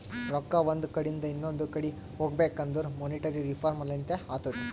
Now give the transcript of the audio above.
ರೊಕ್ಕಾ ಒಂದ್ ಕಡಿಂದ್ ಇನೊಂದು ಕಡಿ ಹೋಗ್ಬೇಕಂದುರ್ ಮೋನಿಟರಿ ರಿಫಾರ್ಮ್ ಲಿಂತೆ ಅತ್ತುದ್